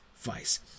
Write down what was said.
vice